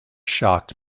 shocked